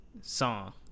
song